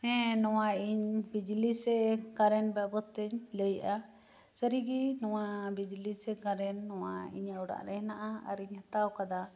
ᱦᱮᱸ ᱱᱚᱣᱟ ᱤᱧ ᱵᱤᱡᱞᱤ ᱥᱮ ᱠᱟᱨᱮᱱᱴ ᱵᱟᱵᱚᱛ ᱛᱮᱧ ᱞᱟᱹᱭᱮᱫᱼᱟ ᱥᱟᱹᱨᱤᱜᱤ ᱱᱚᱣᱟ ᱵᱤᱡᱞᱤ ᱥᱮ ᱠᱟᱨᱮᱱᱴ ᱱᱚᱣᱟ ᱤᱧᱟᱹᱜ ᱚᱲᱟᱜ ᱨᱮ ᱦᱮᱱᱟᱜᱼᱟ ᱟᱨ ᱤᱧ ᱦᱟᱛᱟᱣ ᱟᱠᱟᱫᱟ